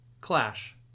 Clash